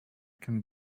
can